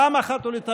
פעם אחת ולתמיד,